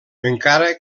encara